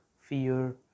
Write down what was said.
fear